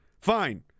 Fine